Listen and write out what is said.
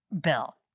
bill